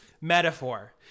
metaphor